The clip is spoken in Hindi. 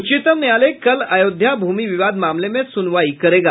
उच्चतम न्यायालय कल अयोध्या भूमि विवाद मामले में सुनवाई करेगा